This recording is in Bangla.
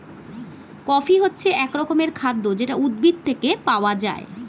কফি হচ্ছে এক রকমের খাদ্য যেটা উদ্ভিদ থেকে পাওয়া যায়